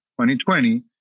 2020